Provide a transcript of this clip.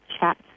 chat